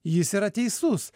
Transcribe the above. jis yra teisus